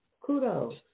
Kudos